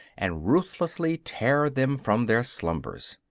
and ruthlessly tear them from their slumbers.